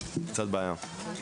קצת בעיה.